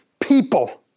people